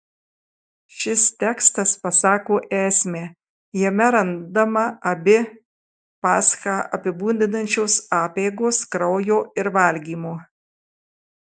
šis tekstas pasako esmę jame randama abi paschą apibūdinančios apeigos kraujo ir valgymo